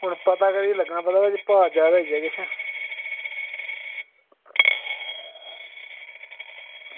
हून भाव दा पता गै निं लग्गना किश भाव जादा होई गेआ किश